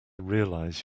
realize